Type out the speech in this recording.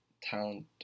talent